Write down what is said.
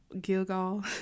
Gilgal